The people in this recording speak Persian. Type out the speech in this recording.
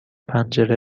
پنجره